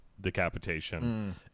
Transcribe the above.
decapitation